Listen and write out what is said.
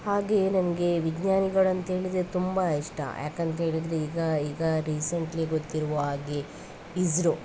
ಹಾಗೆ ನನಗೆ ವಿಜ್ಞಾನಿಗಳಂತ ಹೇಳಿದ್ರೆ ತುಂಬ ಇಷ್ಟ ಯಾಕಂತೇಳಿದರೆ ಈಗ ಈಗ ರಿಸೆಂಟ್ಲಿ ಗೊತ್ತಿರುವ ಹಾಗೆ ಇಸ್ರೋ